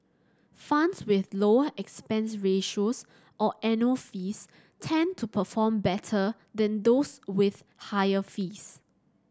funds with lower expense ratios or annual fees tend to perform better than those with higher fees